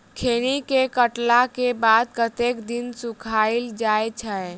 खैनी केँ काटला केँ बाद कतेक दिन सुखाइल जाय छैय?